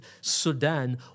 Sudan